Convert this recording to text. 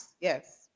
Yes